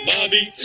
Bobby